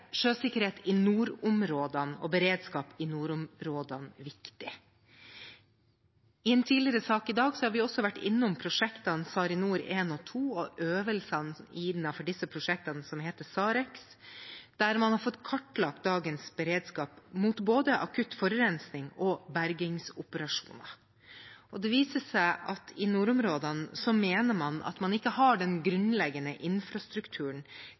sjøsikkerhet og beredskap i nordområdene viktig. I en tidligere sak i dag har vi også vært innom prosjektene SARiNOR 1 og 2 og øvelsene innenfor disse prosjektene som heter SARex, der man har fått kartlagt dagens beredskap mot både akutt forurensning og bergingsoperasjoner. Det viser seg at man i nordområdene mener man ikke har den grunnleggende infrastrukturen